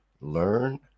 learn